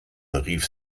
rief